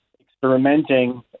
experimenting